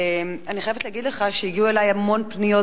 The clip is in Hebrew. אני חייבת להגיד לך שהגיעו אלי המון פניות,